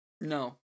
No